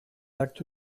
acto